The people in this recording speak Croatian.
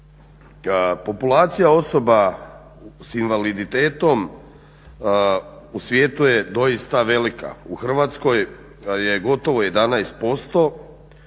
Populacija osoba s invaliditetom u svijetu je doista velika. U Hrvatskoj je gotovo 11%